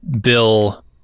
Bill